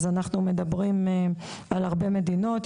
אנחנו מדברים על הרבה מדינות.